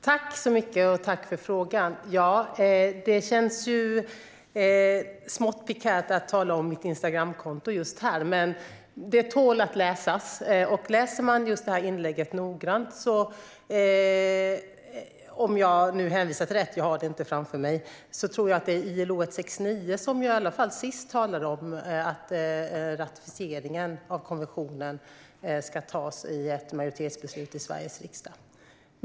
Herr talman! Tack för frågan! Det känns smått prekärt att tala om mitt Instagramkonto just här. Men det tål att läsas. Läser man mitt inlägg noggrant tror jag att man kan se att det i samband med ILO 169 senast talades om att ratificeringen av konventionen skulle avgöras genom ett majoritetsbeslut i Sveriges riksdag.